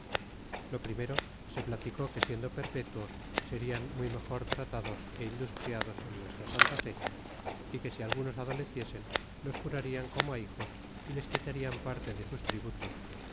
lo primero se platicó que siendo perpetuos serian muy mejor tratados é industriados en nuestra santa fé y que si algunos adoleciesen los curarían como hijos y les quitarian parte de sus tributos